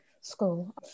school